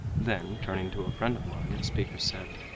then turning to a friend of mine the speaker said